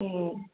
ए